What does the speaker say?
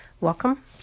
Welcome